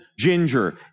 Ginger